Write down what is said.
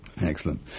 Excellent